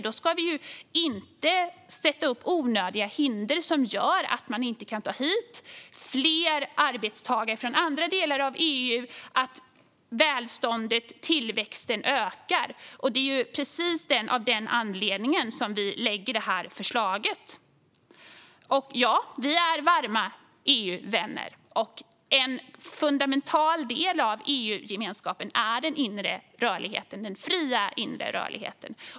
Då ska vi inte sätta upp onödiga hinder som gör att man inte kan ta hit fler arbetstagare från andra delar av EU så att välståndet och tillväxten ökar. Det är precis av den anledningen som vi lägger fram det här förslaget. Ja, vi är varma EU-vänner. En fundamental del av EU-gemenskapen är den fria inre rörligheten.